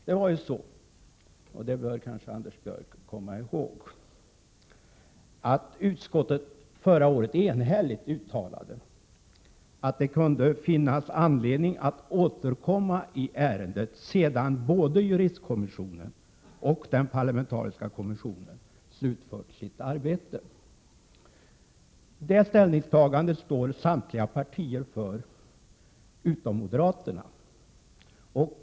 Det var ju så — det bör Anders Björck kanske komma ihåg — att utskottet förra året enhälligt uttalade att det kunde finnas anledning att återkomma i ärendet sedan både juristkommissionen och den parlamentariska kommissionen slutfört sitt arbete. Det ställningstagandet står samtliga partier utom moderaterna för.